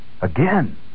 Again